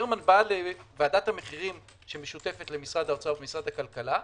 ברמן בא לוועדת המחירים המשותפת למשרד האוצר ולמשרד הכלכלה,